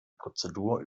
prozedur